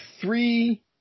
three